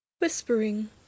whispering